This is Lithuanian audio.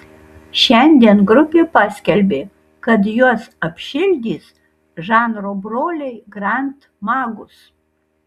šiandien grupė paskelbė kad juos apšildys žanro broliai grand magus